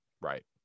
Right